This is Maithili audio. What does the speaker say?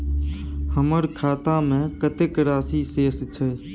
हमर खाता में कतेक राशि शेस छै?